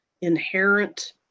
inherent